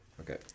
Okay